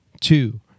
two